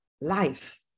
Life